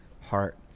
heart